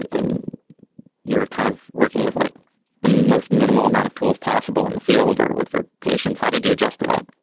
and you're kind of working with like the most minimal amount of tools possible in the field or with your patients. how did you adjust to that?